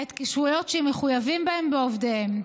ההתקשרויות שהם מחויבים בהן ועובדיהם.